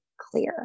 clear